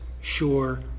sure